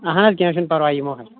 اہن حظ کینٛہہ چھُنہٕ پَرواے یِمو حظ